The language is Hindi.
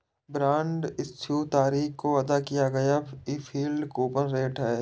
बॉन्ड इश्यू तारीख को अदा किया गया यील्ड कूपन रेट है